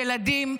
ילדים,